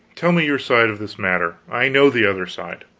tell me your side of this matter i know the other side.